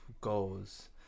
Goals